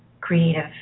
creative